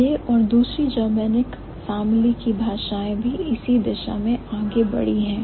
यह और दूसरी Germanic family की भाषाएं भी इसी दिशा में आगे बढ़ी हैं